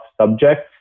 subjects